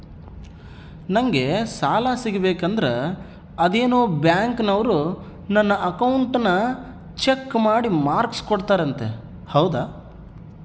ನಂಗೆ ಸಾಲ ಸಿಗಬೇಕಂದರ ಅದೇನೋ ಬ್ಯಾಂಕನವರು ನನ್ನ ಅಕೌಂಟನ್ನ ಚೆಕ್ ಮಾಡಿ ಮಾರ್ಕ್ಸ್ ಕೊಡ್ತಾರಂತೆ ಹೌದಾ?